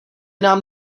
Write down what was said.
nám